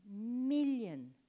million